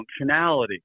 functionality